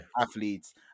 athletes